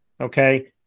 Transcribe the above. Okay